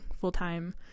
full-time